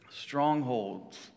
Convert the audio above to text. Strongholds